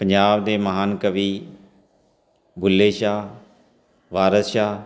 ਪੰਜਾਬ ਦੇ ਮਹਾਨ ਕਵੀ ਬੁੱਲ੍ਹੇ ਸ਼ਾਹ ਵਾਰਸ਼ ਸ਼ਾਹ